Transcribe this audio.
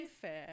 fair